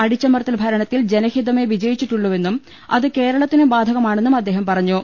അടിച്ചമർത്തൽ ഭരണത്തിൽ ജനഹിതമേ വിജയിച്ചിട്ടുള്ളൂവെന്നും അത് കേരള ത്തിനും ബാധകമാണെന്നും അദ്ദേഹം പറഞ്ഞു